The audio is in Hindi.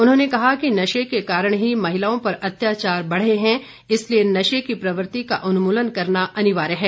उन्होंने कहा कि नशे के कारण ही महिलाओं पर अत्याचार बढ़े हैं इसलिए नशे की प्रवृति का उन्मूलन करना अनिवार्य है